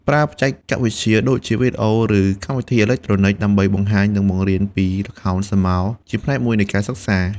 ប្រើបច្ចេកវិទ្យាដូចជា វីដេអូ ឬកម្មវិធីអេឡិចត្រូនិច ដើម្បីបង្ហាញ និងបង្រៀនពីល្ខោនស្រមោលជាផ្នែកមួយនៃការសិក្សា។